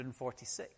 146